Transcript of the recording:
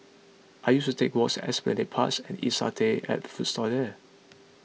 I used to take walks at Esplanade Parks and eat satay at food stalls there